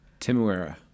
Timuera